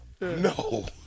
No